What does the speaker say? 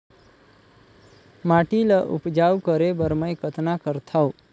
माटी ल उपजाऊ करे बर मै कतना करथव?